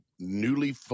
Newly